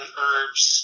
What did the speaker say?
herbs